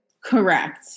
Correct